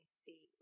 see